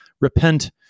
repent